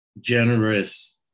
generous